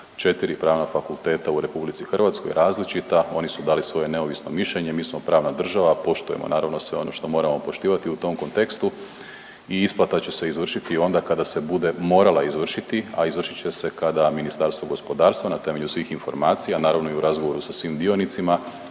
četiri pravna fakulteta u RH različita, oni su dali svoje neovisno mišljenje, mi smo pravna država poštujemo naravno sve ono što moramo poštivati u tom kontekstu i isplata će se izvršiti onda kada se bude morala izvršiti, a izvršit će se kada Ministarstvo gospodarstva na temelju svih informacija, naravno i u razgovoru sa svim dionicima